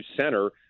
center